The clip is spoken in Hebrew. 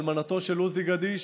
אלמנתו של עוזי גדיש,